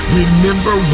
remember